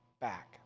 back